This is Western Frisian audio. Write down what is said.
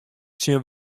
tsjin